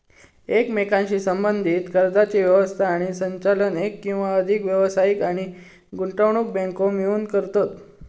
एकमेकांशी संबद्धीत कर्जाची व्यवस्था आणि संचालन एक किंवा अधिक व्यावसायिक आणि गुंतवणूक बँको मिळून करतत